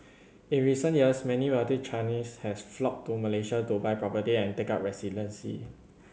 in recent years many wealthy Chinese has flocked to Malaysia to buy property and take up residency